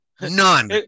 None